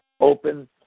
open